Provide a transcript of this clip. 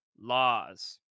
laws